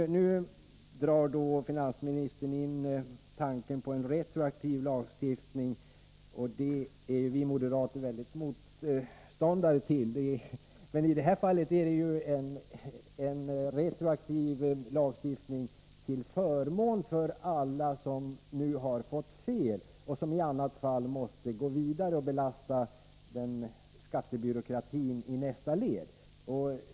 Nu för finansministern in tanken på en retroaktiv lagstiftning. Det är vi moderater egentligen motståndare till, men i det här fallet är en retroaktiv lagstiftning till förmån för alla dem som nu fått en felaktig behandling och som i annat fall måste gå vidare och belasta skattebyråkratin i nästa led.